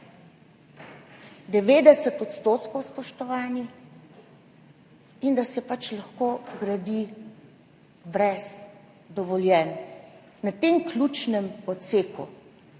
90 %, spoštovani, in da se pač lahko gradi brez dovoljenj na tem ključnem odseku.